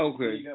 Okay